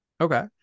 Okay